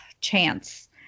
chance